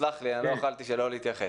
סלח לי, לא יכולתי שלא להתייחס.